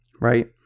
right